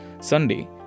Sunday